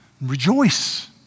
Rejoice